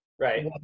right